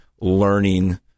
learning